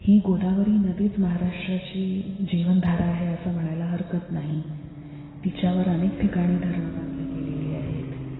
ही गोदावरी नदीच महाराष्ट्राची जीवनधारा आहे असं म्हणायला हरकत नाही तिच्यावर अनेक ठिकाणी धरणं बांधली गेलेली आहेत